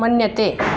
मन्यते